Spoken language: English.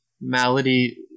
malady